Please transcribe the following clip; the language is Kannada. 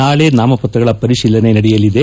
ನಾಳೆ ನಾಮಪತ್ರಗಳ ಪರೀಲನೆ ನಡೆಯಲಿದೆ